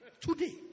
Today